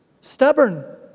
stubborn